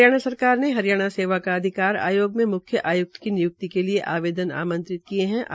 हरियाणा सरकार ने हरियाणा सेवा का अधिकार आयोग में मुख्य आयुक्त की निय्क्ति के लिये आवेदन आमंत्रित किये गये है